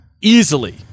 easily